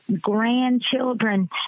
grandchildren